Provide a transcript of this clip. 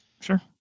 sure